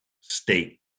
state